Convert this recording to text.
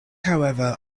however